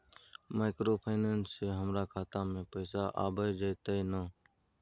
Microfinance से हमारा खाता में पैसा आबय जेतै न?